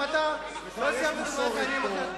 אם אתה לא סיימת את דבריך יש מסורת פה.